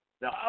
Now